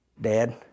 dad